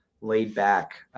laid-back